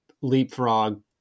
leapfrog